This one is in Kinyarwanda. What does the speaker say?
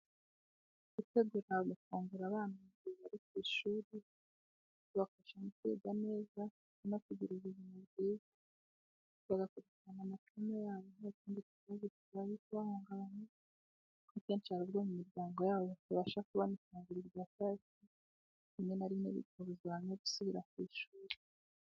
Gutegurira amafungura abana mu gihe ku ishuri, bibafasha mu kwiga neza no kugira ubuzima bwiza, bagakurikirana amasomo yabo ntakindi kibazo kibanje kubahunga, kuko akenshi hari ubwo mu miryango yabo batabasha kubona ifunguro rya saa sita rimwe na rimwe bikababuza no gusubira ku ishuri.